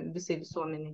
visai visuomenei